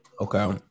okay